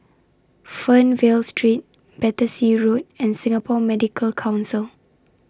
Fernvale Street Battersea Road and Singapore Medical Council